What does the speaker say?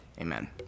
amen